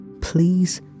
please